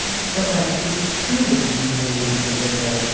but like, it's true that you humiliated your sister.